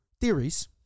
theories